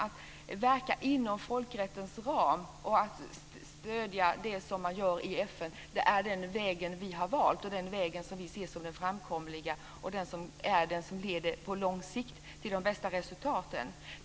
Att verka inom folkrättens ram och att stödja det som man gör inom FN är den väg vi har valt och den väg som vi ser som den framkomliga och den som på lång sikt leder till de bästa resultaten.